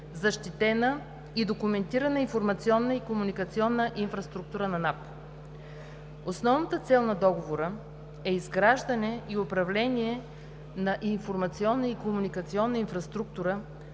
защитена и документирана информационна и комуникационна инфраструктура на НАП. Основната цел на договора е изграждане и управление на информационна и комуникационна инфраструктура,